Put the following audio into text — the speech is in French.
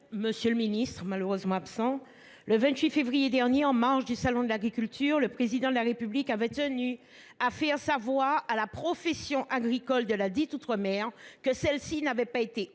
qui est malheureusement absent. Le 28 février dernier, en marge du salon de l’agriculture, le Président de la République a tenu à faire savoir à la profession agricole de ladite outre mer que cette dernière n’avait pas été oubliée